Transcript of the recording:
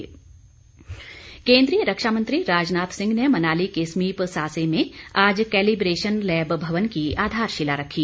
राजनाथ सिंह केन्द्रीय रक्षा मंत्री राजनाथ सिंह ने मनाली के समीप सासे में आज कैलिब्रेशन लैब भवन की आधारशिला रखी